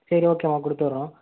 சரி ஓகேம்மா கொடுத்துவுடுறோம்